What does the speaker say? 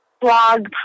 blog